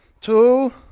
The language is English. two